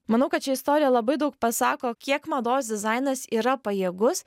manau kad ši istorija labai daug pasako kiek mados dizainas yra pajėgus